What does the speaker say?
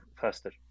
faster